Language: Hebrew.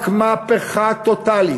רק מהפכה טוטלית.